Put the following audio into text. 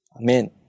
Amen